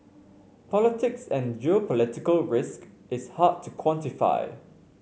politics and geopolitical risk is hard to quantify